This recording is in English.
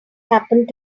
happened